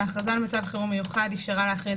ההכרזה על מצב חירום מיוחד אפשרה להכריז